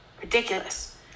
ridiculous